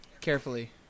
Carefully